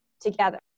together